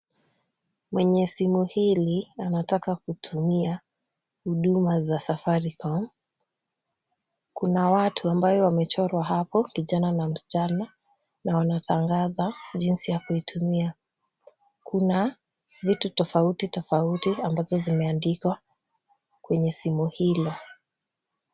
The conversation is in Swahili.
Mwenye simu hili anataka kutumia huduma za safaricom. Kuna watu ambayo wamechorwa hapo kijana na msichana na wanatangaza jinsi ya kuitumia. Kuna vitu tofauti tofauti ambazo zimeandikwa kwenye simu hilo.